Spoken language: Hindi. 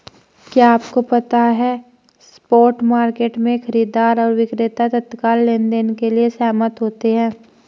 क्या आपको पता है स्पॉट मार्केट में, खरीदार और विक्रेता तत्काल लेनदेन के लिए सहमत होते हैं?